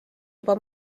juba